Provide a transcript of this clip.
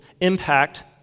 impact